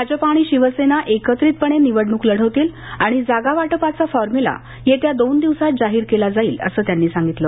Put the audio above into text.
भाजपा आणि शिवसेना एकत्रितपणेच निवडणूक लढवतील आणि जागा वाटपाचा फॉर्म्युला येत्या दोन दिवसांत जाहीर केला जाईल असं त्यांनी सांगितलं